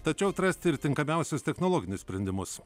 tačiau atrasti ir tinkamiausius technologinius sprendimus